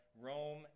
Rome